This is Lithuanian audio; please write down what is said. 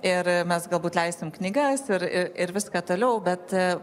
ir mes galbūt leisim knygas ir ir viską toliau bet